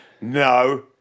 no